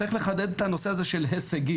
צריך לחדד את הנושא הזה של הישגי.